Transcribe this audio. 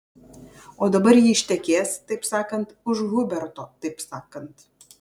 o dabar ji ištekės taip sakant už huberto taip sakant